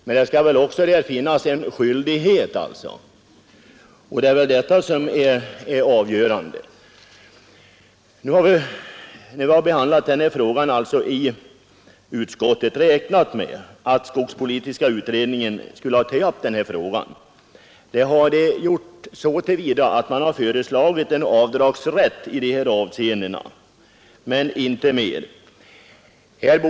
Men det bör samtidigt finnas skyldigheter för dessa människor. Inom utskottet hade vi räknat med att skogspolitiska utredningen skulle ha tagit upp den här frågan, och det har man gjort så till vida att man har föreslagit avdragsrätt för skogsbilvägar men inte mer.